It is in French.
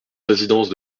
résidence